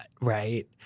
right